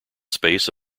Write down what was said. space